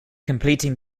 completing